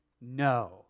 no